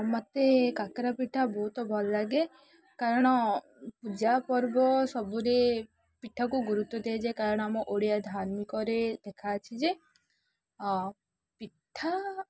ମୋତେ କାକରା ପିଠା ବହୁତ ଭଲଲାଗେ କାରଣ ପୂଜା ପର୍ବ ସବୁରେ ପିଠାକୁ ଗୁରୁତ୍ୱ ଦିଆଯାଏ କାରଣ ଆମ ଓଡ଼ିଆ ଧାର୍ମିକରେ ଦେଖାଅଛି ଯେ ପିଠା